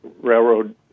railroad